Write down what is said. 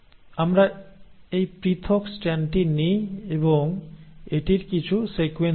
আসুন আমরা এই পৃথক স্ট্র্যান্ডটি নিই এবং এটির কিছু সিকোয়েন্স দেই